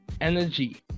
energy